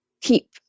keep